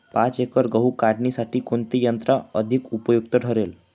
पाच एकर गहू काढणीसाठी कोणते यंत्र अधिक उपयुक्त ठरेल?